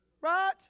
Right